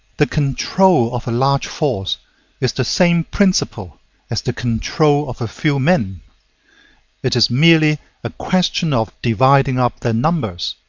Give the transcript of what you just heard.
the control of a large force is the same principle as the control of a few men it is merely a question of dividing up their numbers.